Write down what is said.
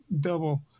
double